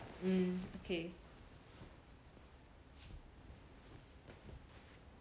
mm okay